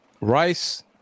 Rice